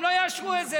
הם לא יאשרו את זה.